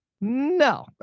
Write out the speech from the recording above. no